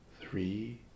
three